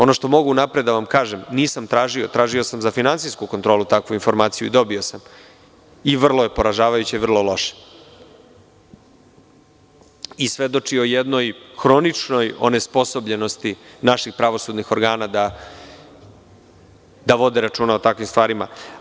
Ono što mogu unapred da vam kažem, nisam tražio, tražio sam za finansijsku kontrolu takvu informaciju i dobio sam, i vrlo je poražavajuće, vrlo loše, i svedoči o jednoj hroničnoj onesposobljenosti naših pravosudnih organa da vode računa o takvim stvarima.